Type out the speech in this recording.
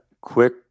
quick